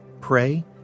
pray